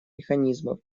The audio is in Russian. механизмов